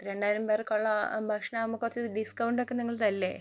പത്ത് രണ്ടായിരം പേർക്കുള്ള ഭക്ഷണമാകുമ്പോൾ കുറച്ച് ഡിസ്കൗണ്ടൊക്കെ നിങ്ങള് തരില്ലേ